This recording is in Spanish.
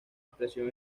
expresión